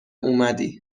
اومدی